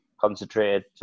concentrated